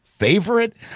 Favorite